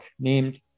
named